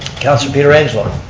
councilor pietrangelo.